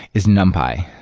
is numpy.